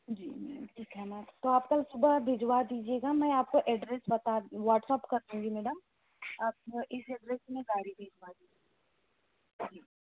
जी मैं ठीक है मैं तो आप कल सुबह भिजवा दीजिएगा मैं आपको एड्रेस बता व्हाट्सएप कर दूँगी मैडम आप इस एड्रेस पे गाड़ी भिजवा दीजिएगा जी